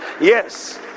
yes